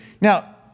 Now